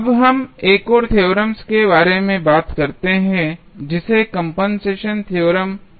अब हम एक और थ्योरम के बारे में बात करते हैं जिसे कंपनसेशन थ्योरम कहा जाता है